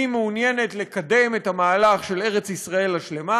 היא מעוניינת לקדם את המהלך של ארץ-ישראל השלמה,